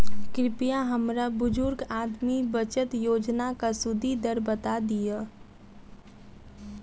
कृपया हमरा बुजुर्ग आदमी बचत योजनाक सुदि दर बता दियऽ